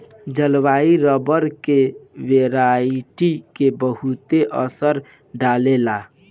जलवायु रबर के वेराइटी के बहुते असर डाले ला